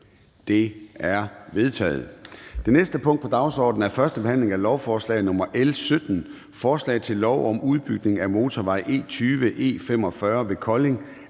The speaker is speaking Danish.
Det er vedtaget. --- Det næste punkt på dagsordenen er: 5) 1. behandling af lovforslag nr. L 17: Forslag til lov om udbygning af motorvej E20/E45 ved Kolding,